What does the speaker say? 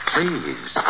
Please